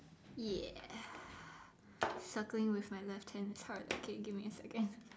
ya circling with my left hand sorry okay give me a second